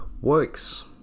Works